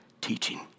teaching